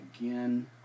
again